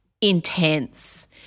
intense